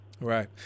right